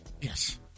Yes